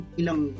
ilang